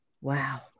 wow